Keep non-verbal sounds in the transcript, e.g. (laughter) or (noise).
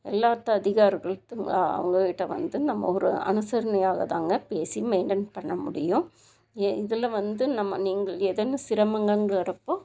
எல்லாத்து அதிகாரிகள் (unintelligible) அவங்கக்கிட்ட வந்து நம்ம ஒரு அனுசரணையாக தாங்க பேசி மெயின்டென் பண்ண முடியும் ஏன் இதில் வந்து நம்ம நீங்கள் ஏதேனும் சிரமங்கள்ங்கிறப்போது